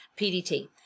PDT